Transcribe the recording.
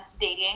dating